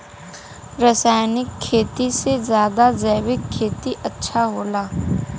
रासायनिक खेती से ज्यादा जैविक खेती अच्छा होला